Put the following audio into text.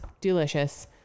Delicious